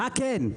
מה כן?